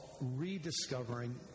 rediscovering